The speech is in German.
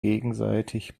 gegenseitig